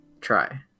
try